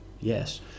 Yes